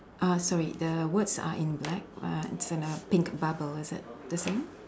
uh sorry the words are in black but it's in a pink bubble is it the same